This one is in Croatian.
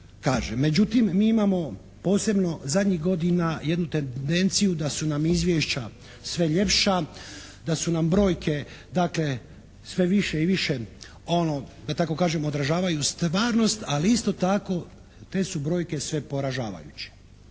Međutim, mi imamo posebno zadnjih godina jednu tendenciju da su nam izvješća sve ljepša, da su nam brojke, dakle, sve više i više, da tako kažem održavaju stvarnost, ali isto tako te su brojke sve poražavajuće.